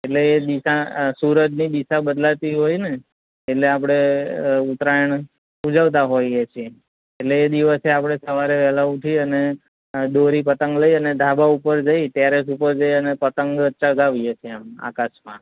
એટલે એ દિશા સૂરજની દિશા બદલાતી હોય ને એટલે આપણે ઉત્તરાયણ ઉજવતા હોઈએ છીએ એટલે એ દિવસે આપણે સવારે વહેલાં ઉઠી અને દોરી પતંગ લઈ અને ધાબા ઉપર જઈ ટેરેસ ઉપર જઈ અને પતંગ ચગાવીએ છે એમ આકાશમાં